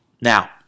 now